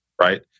right